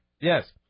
Yes